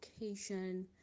location